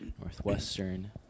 Northwestern